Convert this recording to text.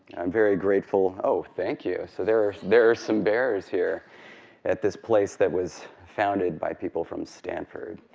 i'm very grateful oh thank you. so there are there are some bears here at this place that was founded by people from stanford.